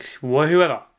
whoever